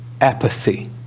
apathy